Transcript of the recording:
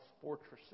fortresses